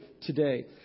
today